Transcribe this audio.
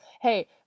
Hey